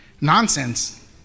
nonsense